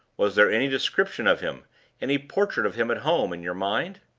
was there any description of him any portrait of him at home in your mind?